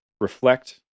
reflect